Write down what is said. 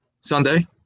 Sunday